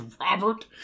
Robert